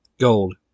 gold